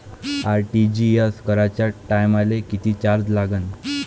RTGS कराच्या टायमाले किती चार्ज लागन?